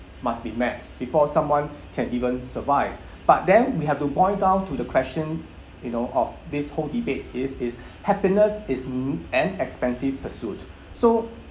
must be met before someone can even survive but then we have to boil down to the question you know of this whole debate is is happiness is mm an expensive pursuit so